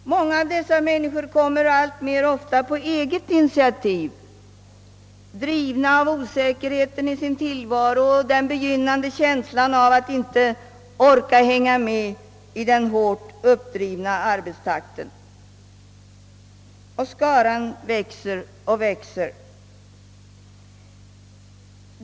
Många av dessa människor kommer ofta alltmer på eget initiativ, drivna av osäkerheten i sin tillvaro och av den begynnande känslan av att inte orka hänga med i den hårt uppdrivna arbetstakten. Den skaran växer och växer.